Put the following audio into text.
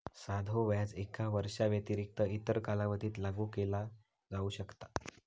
साधो व्याज एका वर्षाव्यतिरिक्त इतर कालावधीत लागू केला जाऊ शकता